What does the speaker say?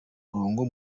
mirongo